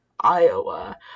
Iowa